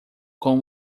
com